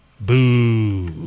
Boo